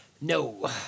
No